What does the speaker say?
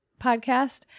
podcast